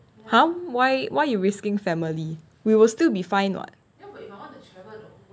!huh! why why you risking family we will still be fine [what]